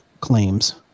claims